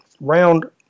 round